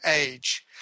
age